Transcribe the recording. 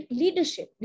leadership